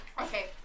Okay